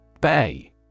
Bay